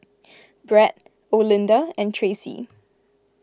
Brett Olinda and Tracee